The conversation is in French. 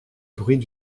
bruits